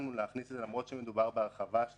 הסכמנו להכניס את זה, למרות שמדובר בהרחבה של